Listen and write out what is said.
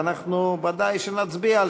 ואנחנו בוודאי שנצביע.